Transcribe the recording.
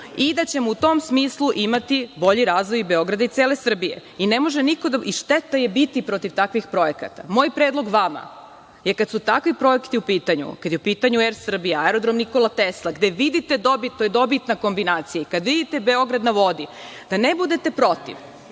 i daćemo u tom smislu imati bolji razvoj Beograda i cele Srbije. Šteta je biti protiv takvih projekata. Moj predlog vama kada su takvi projekti u pitanju, kada je u pitanju „Er Srbija“, Aerodrom „Nikola Tesla“, gde vidite dobit, to je dobitna kombinacija, kada vidite „Beograd na vodi“ da ne budete protiv,